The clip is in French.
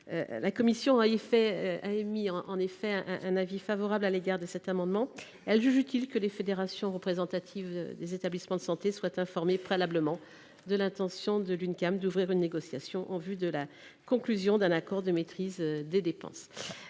la commission a émis un avis favorable sur cet amendement : elle juge utile que les fédérations représentatives des établissements de santé soient informées préalablement de l’intention de l’Uncam d’ouvrir une négociation en vue de la conclusion d’un accord de maîtrise des dépenses.